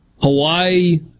Hawaii